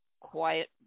quiet